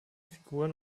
figuren